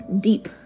deep